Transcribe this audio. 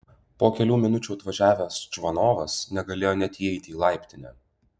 po kelių minučių atvažiavęs čvanovas negalėjo net įeiti į laiptinę